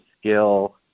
skill